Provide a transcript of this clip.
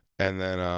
and then,